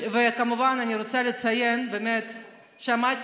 אני רוצה לציין ששמעתי